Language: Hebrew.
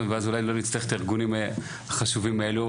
ואז אולי לא נצטרך את כל הארגונים החשובים האלו,